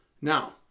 Now